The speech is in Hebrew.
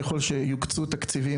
ככל שיוקצו תקציבים,